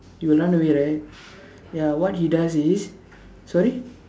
you will run away right ya what he does is sorry